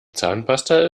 zahnpasta